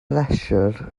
bleser